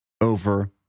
over